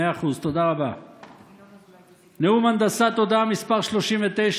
נאום הנדסת תודעה מס' 39,